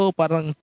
parang